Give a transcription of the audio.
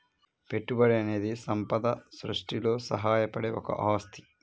పెట్టుబడి అనేది సంపద సృష్టిలో సహాయపడే ఒక ఆస్తి